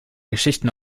geschichten